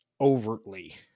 overtly